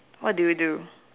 what do you do